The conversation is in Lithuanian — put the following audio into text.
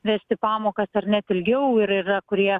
vesti pamokas ar net ilgiau ir yra kurie